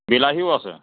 বিলাহীও আছে